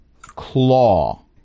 claw